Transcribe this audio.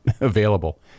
available